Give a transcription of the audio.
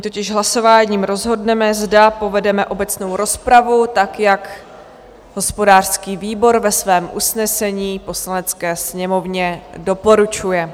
Nyní hlasováním rozhodneme, zda povedeme obecnou rozpravu, tak jak hospodářský výbor ve svém usnesení Poslanecké sněmovně doporučuje.